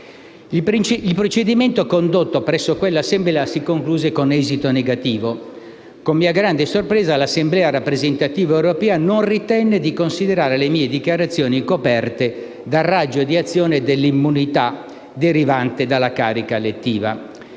Il procedimento condotto presso quella Assemblea si concluse con esito negativo. Con mia grande sorpresa, l'Assemblea rappresentativa europea non ritenne di considerare le mie dichiarazioni coperte dal raggio di azione dell'immunità derivante dalla carica elettiva.